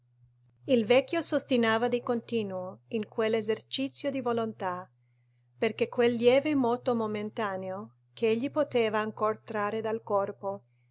il vecchio s'ostinava di continuo in quell'esercizio di volontà perché quel lieve moto momentaneo ch'egli poteva ancor trarre dal corpo